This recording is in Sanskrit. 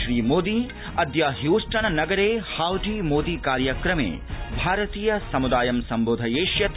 श्रीमोदी अद्य ह्यस्टन् नगरे हाउडी मोदी कार्यक्रमे भारतीय समुदायं संबोधयिष्यति